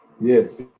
Yes